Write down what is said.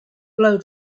blow